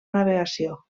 navegació